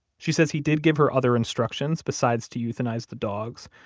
she says he did give her other instructions besides to euthanize the dogs,